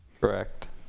Correct